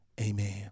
amen